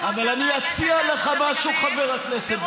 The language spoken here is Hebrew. הקשים שהוטחו בי בשקט, זכותך.